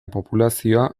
populazioa